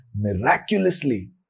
miraculously